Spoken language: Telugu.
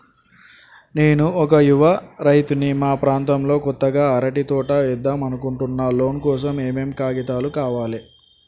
నేను ఒక యువ రైతుని మా ప్రాంతంలో కొత్తగా అరటి తోట ఏద్దం అనుకుంటున్నా లోన్ కోసం ఏం ఏం కాగితాలు కావాలే?